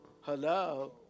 Hello